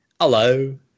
Hello